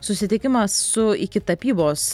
susitikimas su iki tapybos